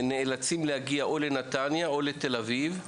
הם נאלצים להגיע או לנתניה או לתל אביב.